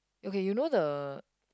okay you know the